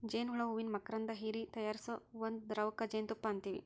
ಜೇನ ಹುಳಾ ಹೂವಿನ ಮಕರಂದಾ ಹೇರಿ ತಯಾರಿಸು ಒಂದ ದ್ರವಕ್ಕ ಜೇನುತುಪ್ಪಾ ಅಂತೆವಿ